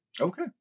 okay